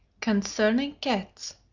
concerning cats,